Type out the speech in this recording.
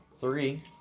three